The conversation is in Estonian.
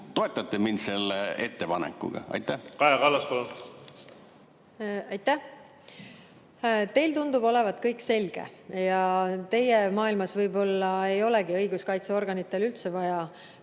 toetate seda minu ettepanekut? Kaja Kallas, palun! Aitäh! Teile tundub olevat kõik selge ja teie maailmas võib-olla ei olegi õiguskaitseorganitel üldse vaja